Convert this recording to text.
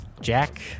Jack